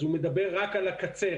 הוא מדבר רק על הקצה,